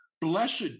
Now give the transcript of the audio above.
blessed